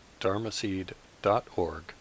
dharmaseed.org